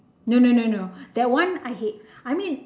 no no no no that one I hate I mean